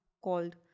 called